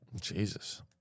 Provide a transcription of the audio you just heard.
Jesus